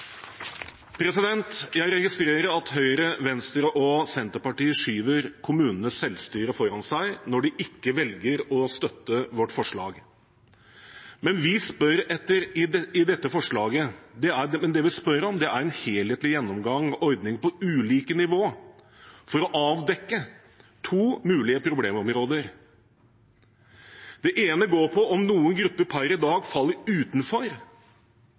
Jeg registrerer at Høyre, Venstre og Senterpartiet skyver kommunenes selvstyre foran seg når de ikke velger å støtte vårt forslag. Det vi spør om i dette forslaget, er en helhetlig gjennomgang av ordninger på ulike nivå for å avdekke to mulige problemområder. Det ene går på om noen grupper per i dag faller utenfor